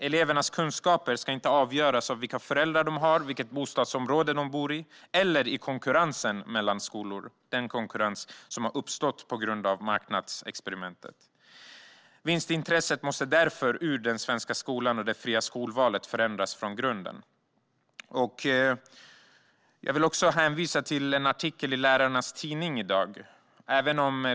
Elevernas kunskaper ska inte avgöras av vilka föräldrar de har, vilket bostadsområde de bor i eller konkurrensen mellan skolor. Det är en konkurrens som har uppstått på grund av marknadsexperimentet. Vinstintresset måste därför bort från den svenska skolan, och det fria skolvalet måste förändras från grunden. Jag vill hänvisa till en artikel om betyg i årskurs 6 i Lärarnas tidning.